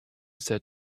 said